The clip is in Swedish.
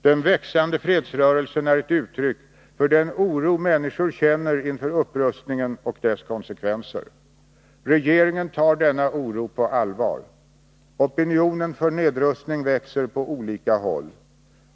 Den växande fredsrörelsen är ett uttryck för den oro människor känner inför upprustningen och dess konsekvenser. Regeringen tar denna oro på allvar. Opinionen för nedrustning växer på olika håll.